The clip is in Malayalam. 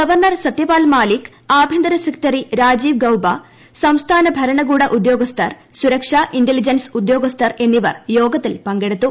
ഗവർണർ സത്യപാൽ മാലിക് ആഭ്യന്തര സെക്രട്ടറി രാജീവ് ഗൌബ സംസ്ഥാന ഭരണകൂട ഉദ്യോഗസ്ഥർ സുരക്ഷ ഇന്റലിജൻസ് ഉദ്യോഗസ്ഥർ എന്നിവർ യോഗത്തിൽ പങ്കെടുത്തു